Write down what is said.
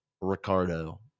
ricardo